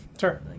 Sure